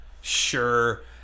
Sure